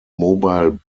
mobile